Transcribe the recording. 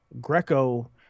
Greco